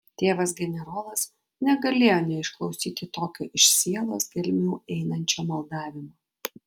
tėvas generolas negalėjo neišklausyti tokio iš sielos gelmių einančio maldavimo